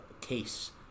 case